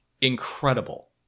incredible